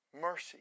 Mercy